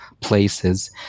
places